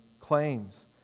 claims